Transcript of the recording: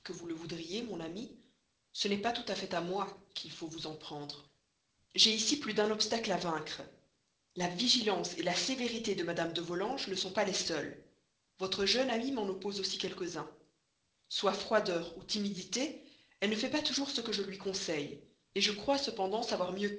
vous le voudriez mon ami ce n'est pas tout à fait à moi qu'il faut vous en prendre j'ai ici plus d'un obstacle à vaincre la vigilance la sévérité de madame de volanges ne sont pas les seuls votre jeune amie m'en oppose aussi quelques-uns soit froideur ou timidité elle ne fait pas toujours ce que je lui conseille je crois cependant savoir mieux